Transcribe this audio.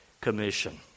commission